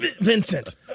Vincent